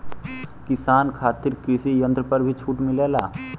किसान खातिर कृषि यंत्र पर भी छूट मिलेला?